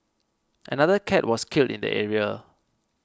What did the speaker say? another cat was killed in the area